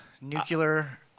nuclear